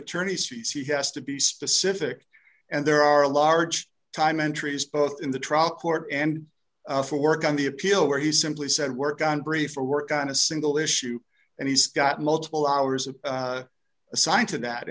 attorney's fees he has to be specific and there are large time entries both in the trial court and for work on the appeal where he simply said work on brief or work on a single issue and he's got multiple hours of assigned to that